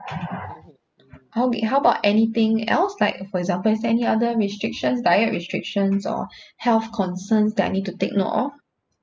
okay how about anything else like for example is there any other restrictions diet restrictions or health concerns that I need to take note of